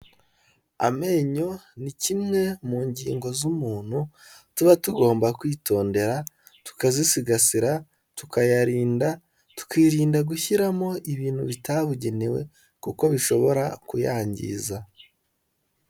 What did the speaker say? Amenyo ni kimwe mu ngingo z'umuntu tuba tugomba kwitondera tukazisigasira, tukayarinda, tukirinda gushyiramo ibintu bitabugenewe kuko bishobora kuyangiza.